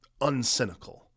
uncynical